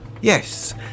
Yes